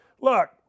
Look